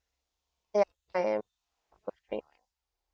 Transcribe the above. ya I am